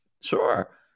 sure